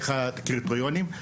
מה היו הקריטריונים.